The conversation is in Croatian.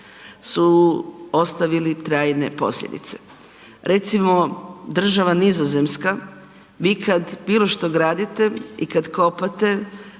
su ostavili trajne posljedice. Recimo država Nizozemska, vi kada bilo što gradite i kada kopate,